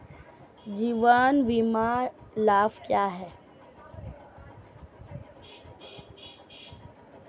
जीवन बीमा लाभ क्या हैं?